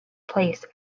place